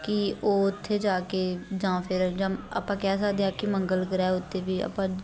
ਕਿ ਉਹ ਉੱਥੇ ਜਾ ਕੇ ਜਾਂ ਫਿਰ ਜਾਂ ਆਪਾਂ ਕਹਿ ਸਕਦੇ ਆ ਕਿ ਮੰਗਲ ਗ੍ਰਹਿ ਉੱਤੇ ਵੀ ਆਪਾਂ